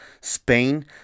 Spain